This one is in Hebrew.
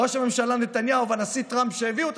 בושה וחרפה.